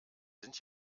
sind